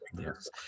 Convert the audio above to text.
yes